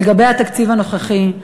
לגבי התקציב הנוכחי,